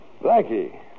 Blackie